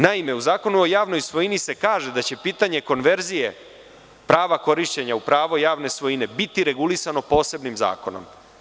Naime, u Zakonu o javnoj svojini se kaže da će pitanje konverzije prava korišćenja u pravo javne svojine biti regulisano posebnim zakonom.